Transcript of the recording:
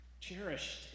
cherished